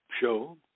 Show